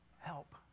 help